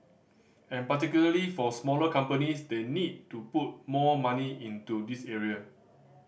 and particularly for smaller companies they need to put more money into this area